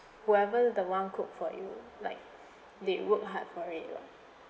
whoever the one cook for you like they work hard for it lah